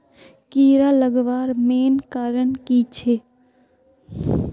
कीड़ा लगवार मेन कारण की छे?